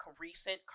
recent